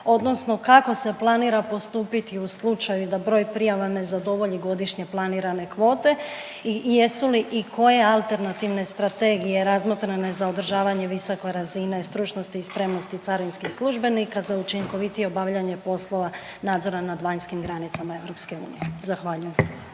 odnosno kako se planira postupiti u slučaju da broj prijava ne zadovolji godišnje planirane kvote i jesu li i koje alternativne strategije razmotrene za održavanje visoke razine stručnosti i spremnosti carinskih službenika za učinkovitije obavljanje poslova nadzora nad vanjskim granicama EU. Zahvaljujem.